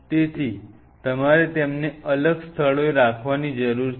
તેથી તમારે તેમને અલગ સ્થળોએ રાખવાની જરૂર છે